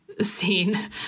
scene